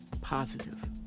positive